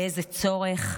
לאיזה צורך?